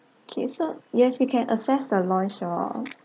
okay so yes you can assess the lounge